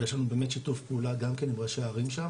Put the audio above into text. ויש לנו באמת שיתוף פעולה גם כן עם ראשי הערים שם